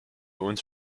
uns